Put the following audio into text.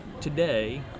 today